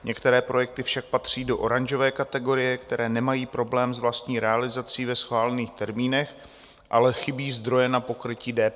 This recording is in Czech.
Některé projekty však patří do oranžové kategorie, které nemají problém s vlastní realizací ve schválených termínech, ale chybí zdroje na pokrytí DPH.